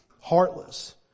heartless